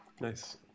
Nice